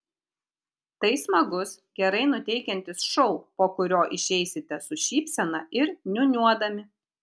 tai smagus gerai nuteikiantis šou po kurio išeisite su šypsena ir niūniuodami